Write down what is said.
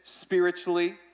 spiritually